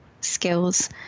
Skills